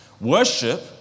worship